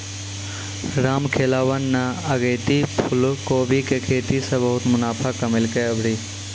रामखेलावन न अगेती फूलकोबी के खेती सॅ बहुत मुनाफा कमैलकै आभरी